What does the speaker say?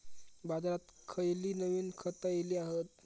बाजारात खयली नवीन खता इली हत?